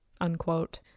unquote